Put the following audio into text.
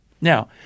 Now